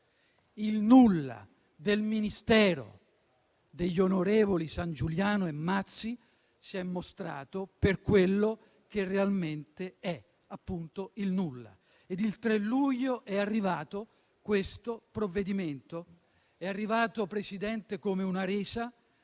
Il nulla del Ministero degli onorevoli Sangiuliano e Mazzi si è mostrato per quello che realmente è: appunto, il nulla. Il 3 luglio è arrivato questo provvedimento, signor Presidente: come una resa,